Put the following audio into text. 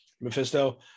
Mephisto